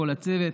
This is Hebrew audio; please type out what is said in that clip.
לכל הצוות,